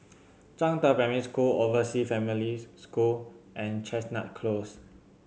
Zhangde Primary School Oversea Families School and Chestnut Close